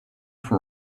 for